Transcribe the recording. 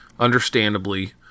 understandably